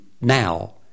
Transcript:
now